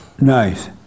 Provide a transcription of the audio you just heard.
Nice